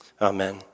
Amen